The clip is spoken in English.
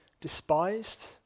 despised